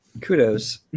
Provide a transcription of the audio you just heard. Kudos